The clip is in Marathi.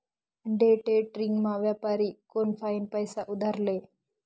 डेट्रेडिंगमा व्यापारी कोनफाईन पैसा उधार ले